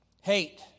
Hate